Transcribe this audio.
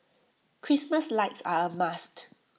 Christmas lights are A must